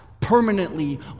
permanently